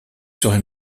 serait